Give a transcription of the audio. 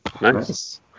Nice